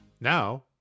Now